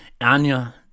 Anya